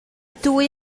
dwy